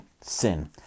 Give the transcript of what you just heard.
sin